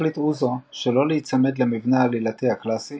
החליט אוזו שלא להיצמד למבנה העלילתי הקלאסי